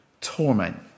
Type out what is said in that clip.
torment